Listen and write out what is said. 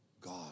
God